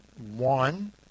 One